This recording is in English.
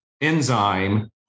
enzyme